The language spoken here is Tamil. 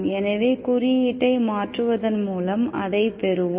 எனவே குறியீட்டை மாற்றுவதன் மூலம் அதை பெறுவோம்